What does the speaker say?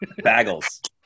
Bagels